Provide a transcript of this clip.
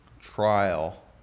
trial